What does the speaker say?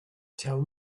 tell